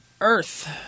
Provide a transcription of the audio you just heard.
Earth